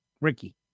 Ricky